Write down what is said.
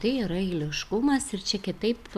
tai yra eiliškumas ir čia kitaip